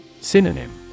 Synonym